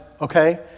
okay